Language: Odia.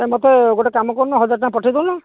ମୋତେ ଗୋଟେ କାମ କରୁନ ହଜାରେ ଟଙ୍କା ପଠେଇ ଦେଉନ